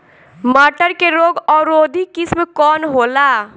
मटर के रोग अवरोधी किस्म कौन होला?